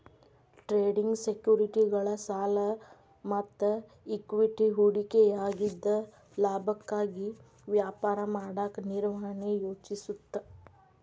trading ಸೆಕ್ಯುರಿಟಿಗಳ ಸಾಲ ಮತ್ತ ಇಕ್ವಿಟಿ ಹೂಡಿಕೆಯಾಗಿದ್ದ ಲಾಭಕ್ಕಾಗಿ ವ್ಯಾಪಾರ ಮಾಡಕ ನಿರ್ವಹಣೆ ಯೋಜಿಸುತ್ತ